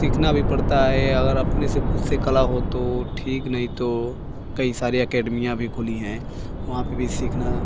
सीखना भी पड़ता है अगर अपने से ख़द में कला हो तो ठीक नहीं तो कई सारे एकेडमियाँ भी खुली हैं वहाँ पर भी सीखना